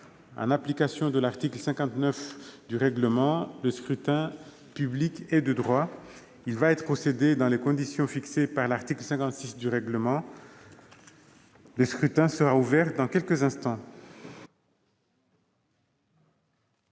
En application de l'article 59 du règlement, le scrutin public ordinaire est de droit. Il va y être procédé dans les conditions fixées par l'article 56 du règlement. Le scrutin est ouvert. Personne ne demande